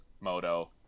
moto